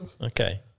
Okay